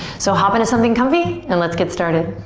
so hop into something comfy and let's get started.